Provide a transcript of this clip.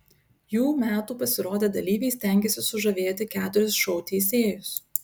jų metų pasirodę dalyviai stengėsi sužavėti keturis šou teisėjus